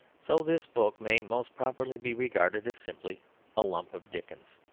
so this book may most properly be regarded as simply a lump of dickens.